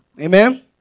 Amen